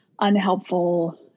unhelpful